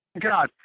God